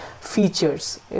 features